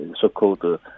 so-called